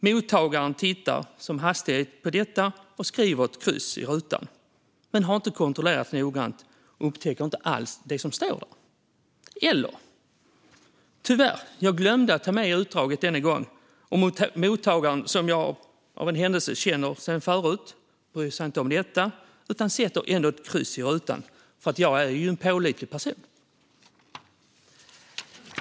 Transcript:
Mottagaren tittar som hastigast på detta och skriver ett kryss i rutan men har inte kontrollerat noggrant och upptäcker inte allt som stod där. En annan variant kan vara: Jag säger att jag tyvärr glömde ta med utdraget denna gång och mottagaren, som jag av en händelse känner sedan förut, bryr sig inte om detta utan sätter ändå ett kryss i rutan för att jag ju är en pålitlig person.